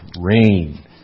rain